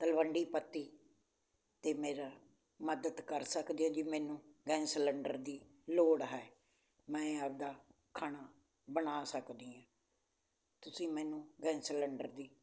ਤਲਵੰਡੀ ਪੱਤੀ ਅਤੇ ਮੇਰਾ ਮਦਦ ਕਰ ਸਕਦੇ ਹੋ ਜੀ ਮੈਨੂੰ ਗੈਸ ਸਲੰਡਰ ਦੀ ਲੋੜ ਹੈ ਮੈਂ ਆਪਦਾ ਖਾਣਾ ਬਣਾ ਸਕਦੀ ਹਾਂ ਤੁਸੀਂ ਮੈਨੂੰ ਗੈਸ ਸਿਲੰਡਰ ਦੀ